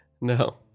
No